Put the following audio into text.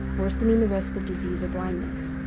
worsening the risk of disease or blindness.